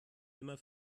immer